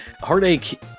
Heartache